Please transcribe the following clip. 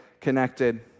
connected